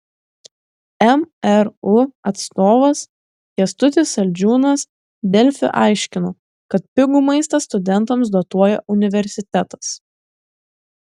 mru atstovas kęstutis saldžiūnas delfi aiškino kad pigų maistą studentams dotuoja universitetas